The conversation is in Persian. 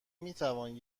میتوان